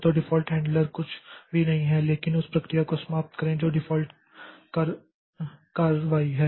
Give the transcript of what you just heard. तो default handler कुछ भी नहीं है लेकिन उस प्रक्रिया को समाप्त करें जो डिफ़ॉल्ट कार्रवाई है